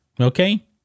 Okay